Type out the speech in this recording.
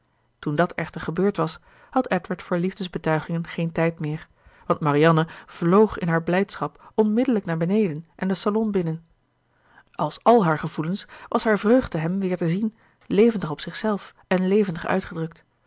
toen dat echter gebeurd was had edward voor liefdesbetuigingen geen tijd meer want marianne vloog in haar blijdschap onmiddellijk naar beneden en den salon binnen als al haar gevoelens was haar vreugde hem weer te zien levendig op zichzelf en levendig uitgedrukt